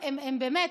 באמת,